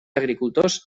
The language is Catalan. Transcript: agricultors